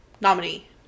nominee